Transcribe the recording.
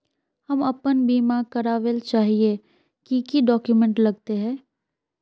हम अपन बीमा करावेल चाहिए की की डक्यूमेंट्स लगते है?